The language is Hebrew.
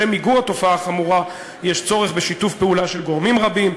לשם מיגור התופעה החמורה יש צורך בשיתוף פעולה של גורמים רבים,